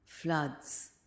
Floods